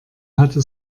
hatte